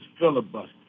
filibuster